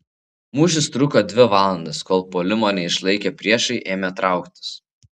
mūšis truko dvi valandas kol puolimo neišlaikę priešai ėmė trauktis